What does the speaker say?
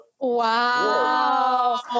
Wow